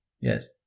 Yes